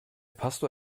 pastor